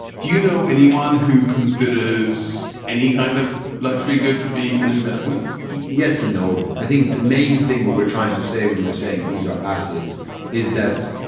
do you know anyone who considers any kind of luxury good to be an investment? yes and no. i think the main thing what we're trying to say when we're saying these are assets is that.